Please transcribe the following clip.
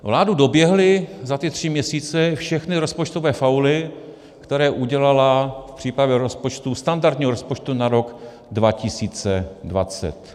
Vládu doběhly za ty tři měsíce všechny rozpočtové fauly, které udělala v přípravě rozpočtu, standardního rozpočtu, na rok 2020.